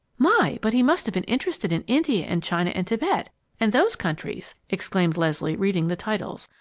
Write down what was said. my, but he must have been interested in india and china and tibet and those countries! exclaimed leslie, reading the titles.